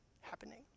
happening